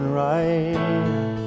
right